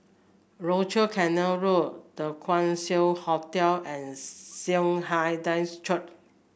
Rochor Canal Road The Keong Saik Hotel and Saint Hilda's Church